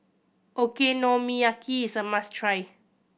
okonomiyaki is a must try